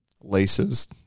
laces